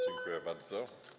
Dziękuję bardzo.